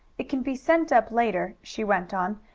it can be sent up later, she went on,